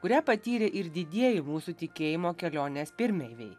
kurią patyrė ir didieji mūsų tikėjimo kelionės pirmeiviai